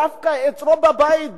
דווקא אצלו בבית,